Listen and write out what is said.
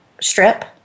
strip